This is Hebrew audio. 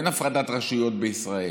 אין הפרדת רשויות בישראל,